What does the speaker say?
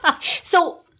So-